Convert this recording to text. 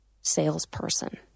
salesperson